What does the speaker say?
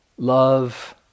Love